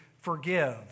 forgive